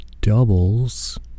doubles